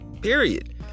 period